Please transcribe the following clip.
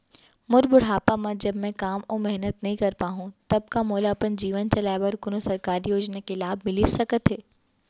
मोर बुढ़ापा मा जब मैं काम अऊ मेहनत नई कर पाहू तब का मोला अपन जीवन चलाए बर कोनो सरकारी योजना के लाभ मिलिस सकत हे?